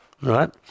right